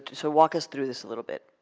so, walk us through this a little bit,